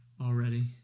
already